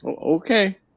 Okay